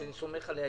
שאני סומך עליה,